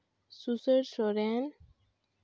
ᱥᱩᱥᱟᱹᱨ ᱥᱚᱨᱮᱱ